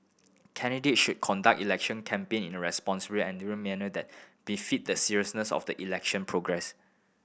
candidates should conduct election campaigning in a responsible and dignified manner that befit the seriousness of the election progress